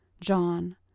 John